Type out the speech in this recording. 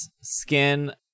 skin